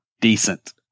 decent